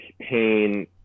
pain